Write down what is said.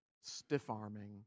stiff-arming